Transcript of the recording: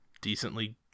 decently